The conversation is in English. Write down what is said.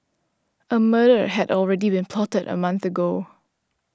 a murder had already been plotted a month ago